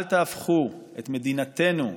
אל תהפכו את מדינתנו,